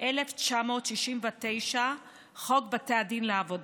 1969 חוק בתי הדין לעבודה,